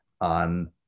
on